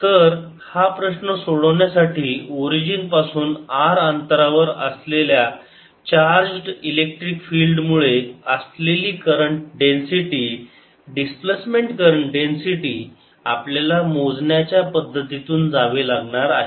तर हा प्रश्न सोडवण्यासाठी ओरिजिन पासून r अंतरावर असलेल्या चार्जड इलेक्ट्रिक फील्ड मुळे असलेली current density displacement current density आपल्याला मोजण्याच्या पद्धतीतून जावे लागणार आहे